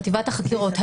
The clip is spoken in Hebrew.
חטיבת החקירות,